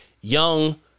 Young